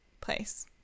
place